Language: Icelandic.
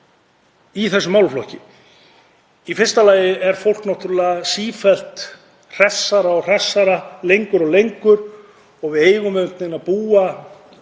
í þessum málaflokki. Í fyrsta lagi er fólk náttúrlega sífellt hressara og hressara lengur og við eigum að búa